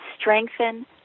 strengthen